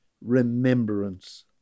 remembrance